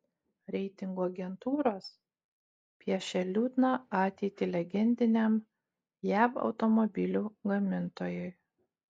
reitingų agentūros piešia liūdną ateitį legendiniam jav automobilių gamintojui